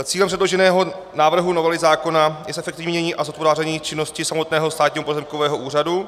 Cílem předloženého návrhu novely zákona je zefektivnění a zhospodárnění činnosti samotného Státního pozemkového úřadu.